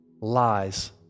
lies